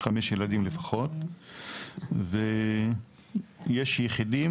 חמש ילדים לפחות ויש יחידים,